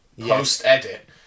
post-edit